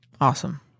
Awesome